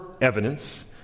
evidence